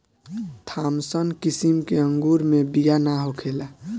Thompson किसिम के अंगूर मे बिया ना होखेला